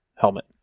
helmet